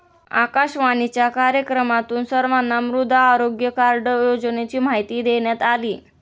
आकाशवाणीच्या कार्यक्रमातून सर्वांना मृदा आरोग्य कार्ड योजनेची माहिती देण्यात आली